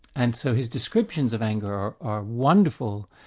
and so his descriptions of anger are are wonderful,